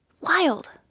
Wild